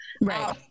right